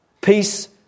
Peace